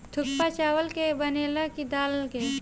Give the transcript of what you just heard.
थुक्पा चावल के बनेला की दाल के?